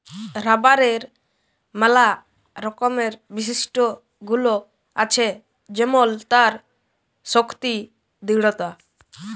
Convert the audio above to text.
রাবারের ম্যালা রকমের বিশিষ্ট গুল আছে যেমল তার শক্তি দৃঢ়তা